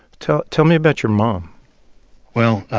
tell tell me about your mom well,